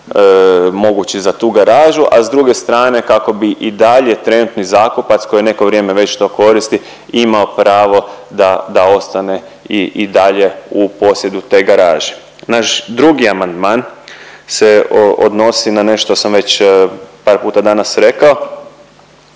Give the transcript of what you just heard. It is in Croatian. mogući za tu garažu, a s druge strane kako bi i dalje trenutni zakupac koji neko vrijeme već to koristi imao pravo da, da ostane i dalje u posjedu te garaže. Naš drugi amandman se odnosi na nešto što sam već par puta danas rekao,